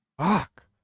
Fuck